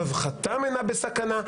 רווחתם אינה בסכנה,